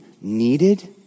needed